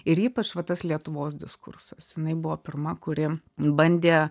ir ypač va tas lietuvos diskursas jinai buvo pirma kuri bandė